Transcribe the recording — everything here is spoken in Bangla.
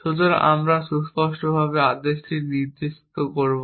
সুতরাং আমরা সুস্পষ্টভাবে আদেশটি নির্দিষ্ট করব